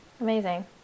Amazing